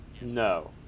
No